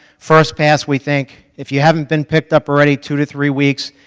first pass, we think, if you haven't been picked up already, two to three weeks,